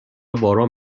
باران